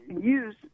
use